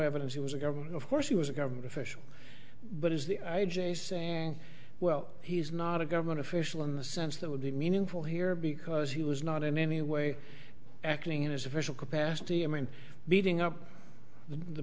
evidence he was a government of course he was a government official but as the saying well he's not a government official in the sense that would be meaningful here because he was not in any way acting in his official capacity and beating up the